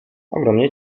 ogromnie